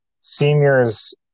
seniors